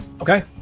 Okay